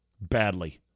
badly